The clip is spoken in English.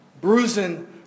bruising